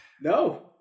No